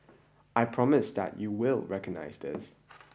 I promise that you will recognise this